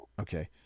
Okay